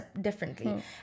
differently